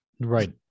Right